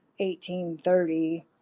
1830